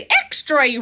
extra